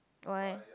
why